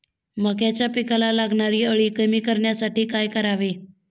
मक्याच्या पिकाला लागणारी अळी कमी करण्यासाठी काय करावे?